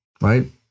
right